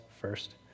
first